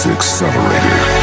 Accelerator